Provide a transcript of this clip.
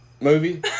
movie